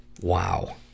Wow